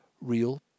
real